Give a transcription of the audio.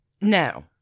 No